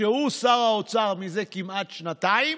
שהוא שר האוצר זה כמעט שנתיים,